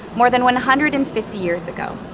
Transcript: more than one hundred and fifty years ago.